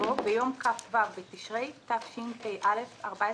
יבוא "ביום כ"ו בתשרי תשפ"א (14